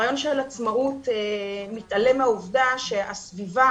הרעיון של עצמאות מתעלם מהעובדה שהסביבה